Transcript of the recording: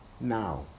now